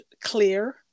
clear